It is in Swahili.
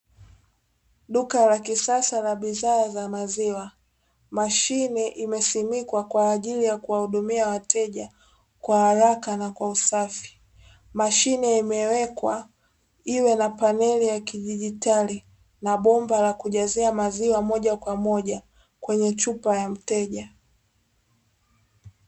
Duka la kisasa la bidhaa za maziwa, mashine imesimikwa kwa ajili ya kuwahudumia wateja kwa haraka na kwa usafi. Mashine imewekwa iwe na paneli ya kidijitali na bomba la kujazia maziwa moja kwa moja kwenye chupa ya mteja.